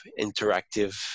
interactive